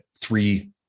three